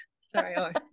sorry